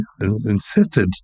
insisted